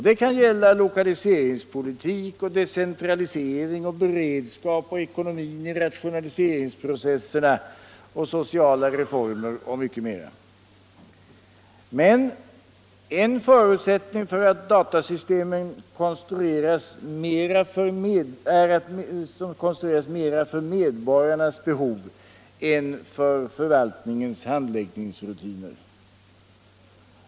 Det kan gälla lokaliseringspolitik, decentralisering, beredskap, ekonomi i rationaliseringsprocesserna, sociala reformer och mycket mera. Men en förutsättning är att datasystemen konstrueras mera för medborgarnas behov än för förvaltningens handläggningsrutiner.